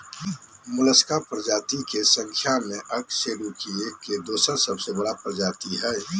Mollusca प्रजाति के संख्या में अकशेरूकीय के दोसर सबसे बड़ा जाति हइ